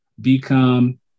become